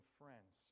friends